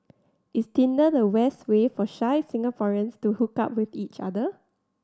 is Tinder the best way for shy Singaporeans to hook up with each other